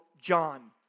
John